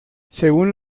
según